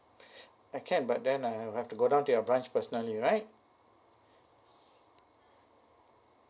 can but then uh I have to go down to your branch personally right